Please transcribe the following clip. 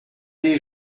des